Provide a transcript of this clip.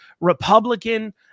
Republican